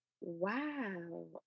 Wow